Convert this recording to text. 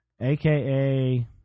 AKA